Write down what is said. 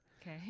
Okay